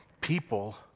People